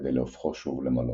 כדי להופכו שוב למלון.